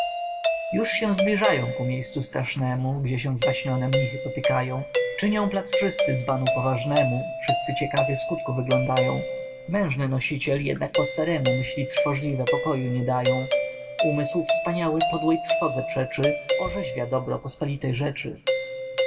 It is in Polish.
już się zbliżają ku miejscu strasznemu gdzie się zwaśnione mnichy potykają czynią plac wszyscy dzbanu poważnemu wszyscy ciekawie skutku wyglądają mężny nosiciel jednak po staremu myśli trwożliwe pokoju nie dają umysł wspaniały podłej trwodze przeczy orzeźwia dobro pospolitej rzeczy